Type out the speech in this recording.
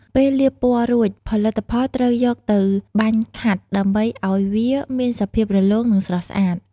ពេលលាបពណ៌រួច ផលិតផលត្រូវយកទៅ បាញ់ខាត់ ដើម្បីឱ្យវាមានសភាពរលោង និងស្រស់ស្អាត។